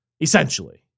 essentially